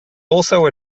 also